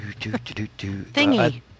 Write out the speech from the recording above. thingy